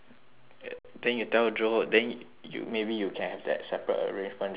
then you tell joe ho then you maybe you can have that separate arrangement just like kelda